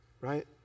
Right